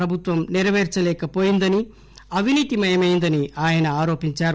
ప్రభుత్వం నెరపేర్చలేకవోయిందని అవినీతిమయమైందని ఆయన ఆరోపించారు